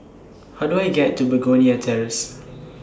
How Do I get to Begonia Terrace